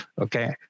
Okay